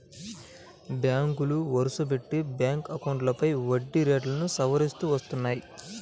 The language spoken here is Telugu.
బ్యాంకులు వరుసపెట్టి బ్యాంక్ అకౌంట్లపై వడ్డీ రేట్లను సవరిస్తూ వస్తున్నాయి